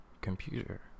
computer